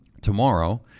tomorrow